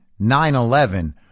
9-11